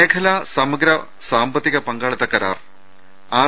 മേഖലാ സമഗ്ര സാമ്പത്തിക പങ്കാളിത്ത കരാർ ആർ